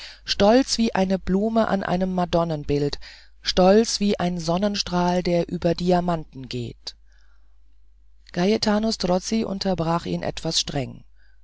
stolz wie eine blume an einem madonnenbild stolz wie ein sonnenstrahl der über diamanten geht gaetano strozzi unterbrach ihn etwas streng